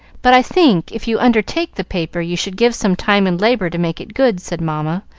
but i think if you undertake the paper you should give some time and labor to make it good, said mamma,